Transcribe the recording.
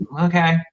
Okay